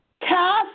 Cast